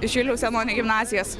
iš juliaus janonio gimnazijos